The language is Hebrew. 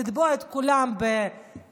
להטביל את כולם בים,